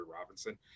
Robinson